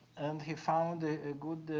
and he found a good